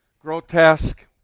grotesque